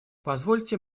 позвольте